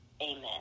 Amen